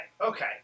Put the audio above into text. okay